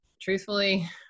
truthfully